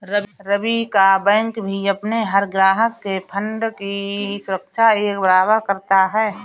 रवि का बैंक भी अपने हर ग्राहक के फण्ड की सुरक्षा एक बराबर करता है